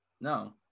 No